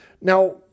Now